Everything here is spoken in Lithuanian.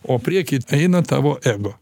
o prieky eina tavo ego